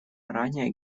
ранее